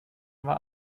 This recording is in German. war